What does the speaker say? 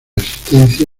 existencia